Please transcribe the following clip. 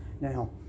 Now